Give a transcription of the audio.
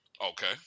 Okay